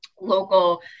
local